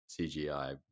CGI